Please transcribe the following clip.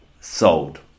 sold